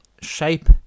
shape